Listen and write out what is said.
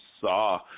saw